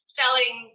selling